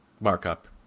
markup